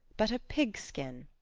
but a pig's skin.